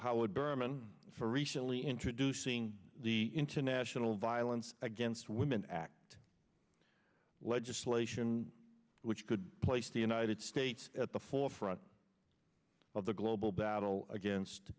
how would berman for recently introducing the international violence against women act legislation which could place the united states at the forefront of the global battle against